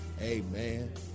Amen